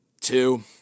two